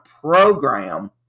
program